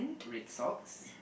red socks